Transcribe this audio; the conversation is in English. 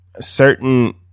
certain